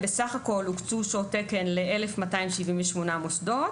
בסך הכל הוקצו שעות תקן ל-1,278 מוסדות,